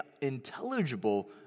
intelligible